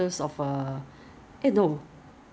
那是 disposable 还是那个